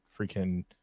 freaking –